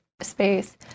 space